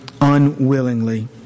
unwillingly